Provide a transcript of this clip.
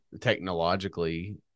technologically